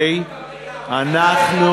אנחנו